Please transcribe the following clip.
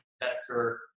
investor